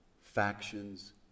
Factions